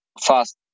fast